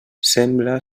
sembla